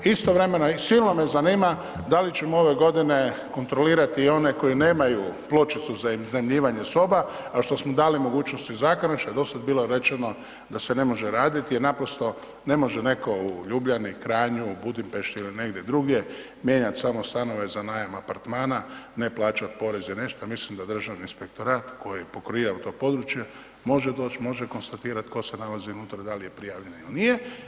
Istovremeno i silno me zanima da li ćemo ove godine kontrolirati i one koji nemaju pločicu za iznajmljivanje soba kao što smo dali mogućnosti u zakonu što je dosad bilo rečeno da se ne može raditi jer naprosto ne može neko u Ljubljani, Kranju, Budimpešti ili negdje drugdje mijenjat samo stanove za najam apartmana, ne plaćat porez i nešto mislim da Državni inspektorat koji pokriva to područje može doć, može konstatirat tko se nalazi unutra, da li je prijavljen ili nije.